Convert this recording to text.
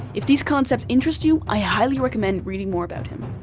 if these concepts interest you, i highly recommend reading more about him.